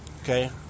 okay